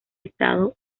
estado